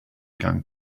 going